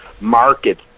market